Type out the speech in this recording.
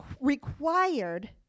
required